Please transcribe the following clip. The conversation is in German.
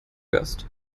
gast